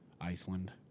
Iceland